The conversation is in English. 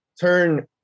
turn